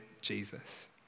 Jesus